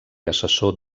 assessor